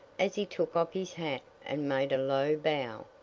as he took off his hat and made a low bow,